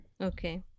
okay